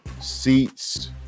seats